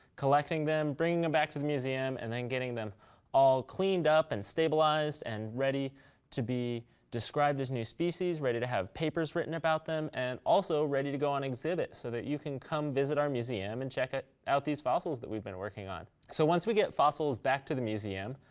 collecting them, bringing them back to the museum. and then getting them all cleaned up and stabilized, and ready to be described as new species, ready to have papers written about them, and also ready to go on exhibit so that you can come visit our museum and check ah out these fossils that we've been working on. so once we get fossils back to the museum,